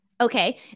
Okay